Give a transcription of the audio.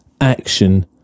action